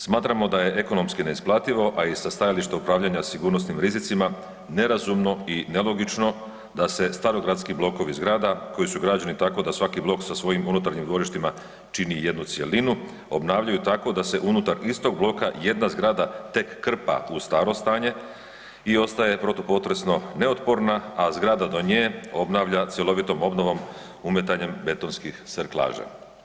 Smatramo da je ekonomski neisplativo, a i sa stajališta upravljanja sigurnosnim rizicima nerazumno i nelogično da se starogradski blokovi zgrada koji su građeni tako da svaki blok sa svojim unutarnjim dvorištima čini jednu cjelinu, obnavljaju tako da se unutar istog bloka jedna zgrada tek krpa u staro stanje i ostaje protupotresno neotporna, a zgrada do nje obnavlja cjelovitom obnovom umetanjem betonskih serklaža.